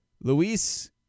Luis